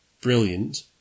brilliant